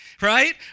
right